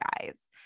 guys